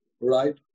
right